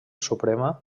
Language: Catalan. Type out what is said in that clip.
suprema